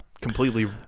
completely